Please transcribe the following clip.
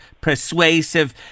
persuasive